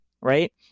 right